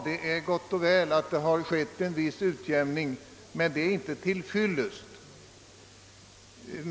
Det är gott och väl att en viss utjämning har ägt rum, men det är inte till fyllest.